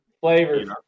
Flavors